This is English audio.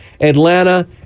Atlanta